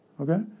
okay